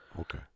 Okay